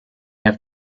have